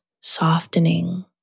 softening